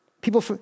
People